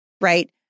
right